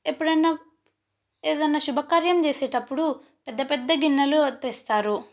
ఎప్పుడన్నా ఏదన్నా శుభకార్యం చేసేటప్పుడు పెద్ద పెద్ద గిన్నెలు తెస్తారు